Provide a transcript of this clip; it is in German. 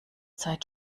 zeit